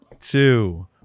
two